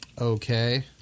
Okay